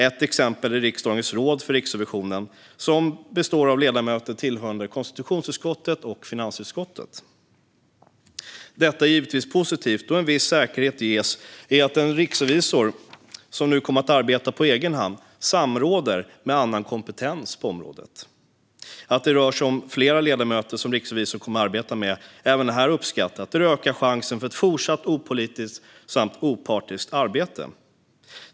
Ett exempel är riksdagens råd för Riksrevisionen, som består av ledamöter tillhörande konstitutionsutskottet och finansutskottet. Detta är givetvis positivt, då en viss säkerhet ges i att den riksrevisor som nu kommer att arbeta på egen hand samråder med annan kompetens på området. Att det rör sig om flera ledamöter som riksrevisorn kommer att arbeta med är även det uppskattat, då det ökar chansen för ett fortsatt opolitiskt samt opartiskt arbete.